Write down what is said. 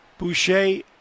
boucher